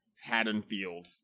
Haddonfield